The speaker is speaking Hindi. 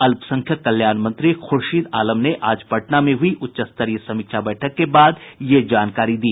अल्पसंख्यक कल्याण मंत्री खुर्शीद आलम ने आज पटना में हुई उच्च स्तरीय समीक्षा बैठक के बाद यह जानकारी दी